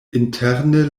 interne